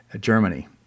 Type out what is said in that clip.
Germany